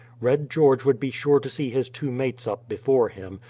red george would be sure to see his two mates up before him,